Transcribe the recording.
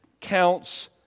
counts